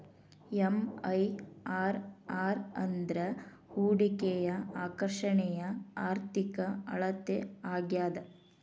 MIRR ಅಂದ್ರ ಹೂಡಿಕೆಯ ಆಕರ್ಷಣೆಯ ಆರ್ಥಿಕ ಅಳತೆ ಆಗ್ಯಾದ